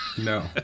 No